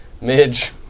Midge